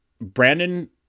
Brandon